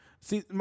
See